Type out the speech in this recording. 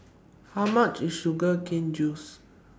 How much IS Sugar Cane Juice